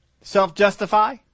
Self-justify